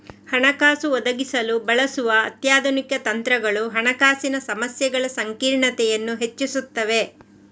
ಹಣಕಾಸು ಒದಗಿಸಲು ಬಳಸುವ ಅತ್ಯಾಧುನಿಕ ತಂತ್ರಗಳು ಹಣಕಾಸಿನ ಸಮಸ್ಯೆಗಳ ಸಂಕೀರ್ಣತೆಯನ್ನು ಹೆಚ್ಚಿಸುತ್ತವೆ